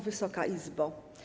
Wysoka Izbo!